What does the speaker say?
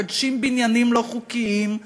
מקדשים בניינים לא חוקיים,